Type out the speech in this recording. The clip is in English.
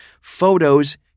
photos